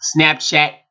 Snapchat